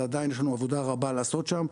עדיין יש לנו עבודה רבה לעשות שם,